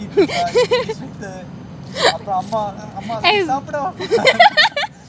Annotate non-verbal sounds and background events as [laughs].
[laughs]